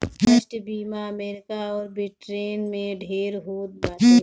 राष्ट्रीय बीमा अमरीका अउर ब्रिटेन में ढेर होत बाटे